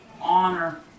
honor